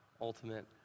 ultimate